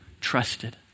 trusted